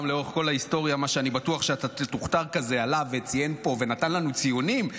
לאורך כל ההיסטוריה עלה כאן וציין פה ונתן לנו ציונים,